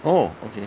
oh okay